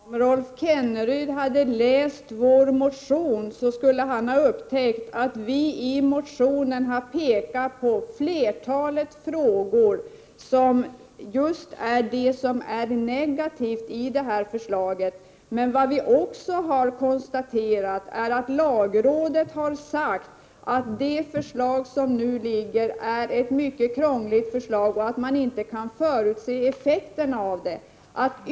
Herr talman! Om Rolf Kenneryd hade läst vår motion, skulle han ha upptäckt att vi där pekar på ett flertal negativa punkter. Dessutom har vi konstaterat att lagrådet har sagt att det förslag som nu föreligger är mycket krångligt och att man inte kan förutse effekterna av detsamma.